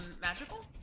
magical